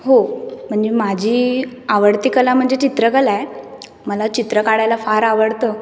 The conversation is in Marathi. हो म्हणजे माझी आवडती कला म्हणजे चित्रकला आहे मला चित्र काढायला फार आवडतं